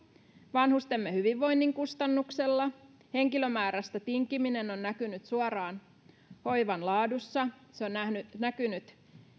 vanhustemme hyvinvoinnin kustannuksella henkilömäärästä tinkiminen on näkynyt suoraan hoivan laadussa se on näkynyt